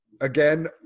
Again